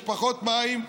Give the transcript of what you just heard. יש פחות מים,